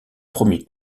premier